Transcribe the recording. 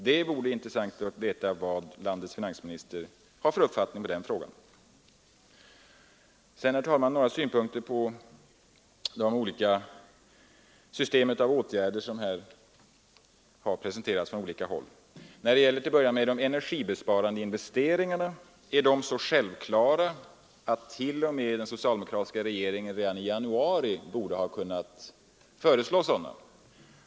Det vore intressant att veta vad landets finansminister har för uppfattning i den frågan. Herr talman! Jag vill sedan framföra några synpunkter på de system av åtgärder som presenterats från olika håll. När det till att börja med gäller de energibesparande investeringarna kan sägas att de är så självklara, att till och med den socialdemokratiska regeringen redan i januari borde ha kunnat föreslå sådana.